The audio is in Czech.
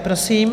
Prosím.